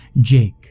Jake